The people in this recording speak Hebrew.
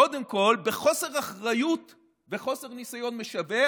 קודם כול, בחוסר אחריות וחוסר ניסיון משווע